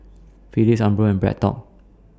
Phillips Umbro and BreadTalk